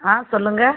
ஆ சொல்லுங்கள்